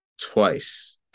twice